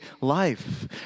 life